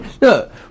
Look